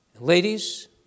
Ladies